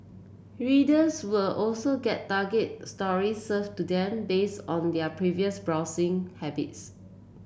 readers will also get targeted stories served to them based on their previous browsing habits